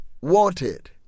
wanted